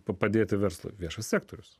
padėti verslui viešasis sektorius